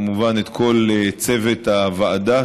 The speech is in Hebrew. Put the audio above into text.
וכמובן את כל צוות הוועדה,